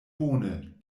bone